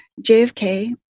JFK